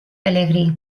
pelegrí